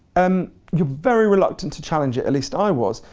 um you're very reluctant to challenge it, at least i was,